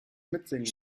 mitsingen